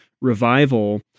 revival